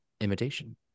imitation